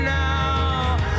now